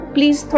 Please